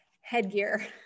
headgear